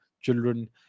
children